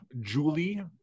Julie